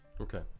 Okay